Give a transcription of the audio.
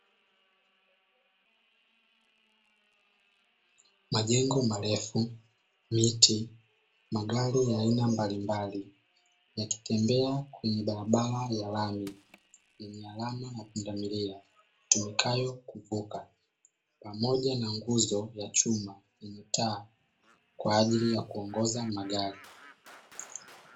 Majengo marefu, miti, magari ya aina mbalimbali yakitembea kwenye barabara ya lami yenye alama za pundamilia yatumikayo kuvuka pamoja na nguzo ya chuma yenye taa kwa ajili ya kuongoza magari.